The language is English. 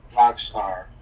Rockstar